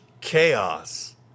chaos